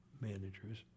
managers